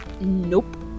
Nope